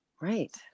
Right